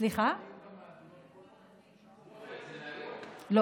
זה לא פייק, זה מהיום.